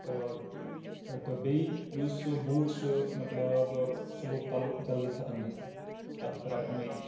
تہٕ تہٕ بیٚیہِ یُس سُہ بوٗٹ چھُ مطلب سُہ لوٚگ تَلہٕ جلدی ختم گژھ نہِ تَتھ درٛاے یِمَے